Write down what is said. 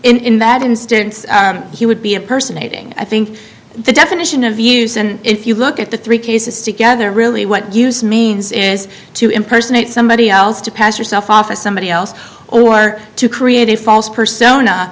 did in that instance he would be a person aiding i think the definition of use and if you look at the three cases together really what use means is to impersonate somebody else to pass yourself off to somebody else or to create a false persona